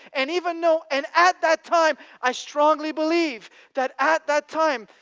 and even though and at that time, i strongly believe that at that time,